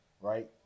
right